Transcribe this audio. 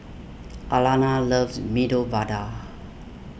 Alana loves Medu Vada